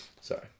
Sorry